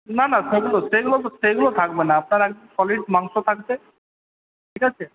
না না সেগুলো সেগুলো তো সেগুলো থাকবে না আপনার একদম সলিড মাংস থাকবে ঠিক আছে